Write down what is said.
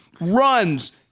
runs